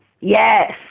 Yes